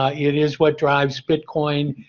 ah it is what drives bitcoin.